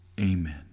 Amen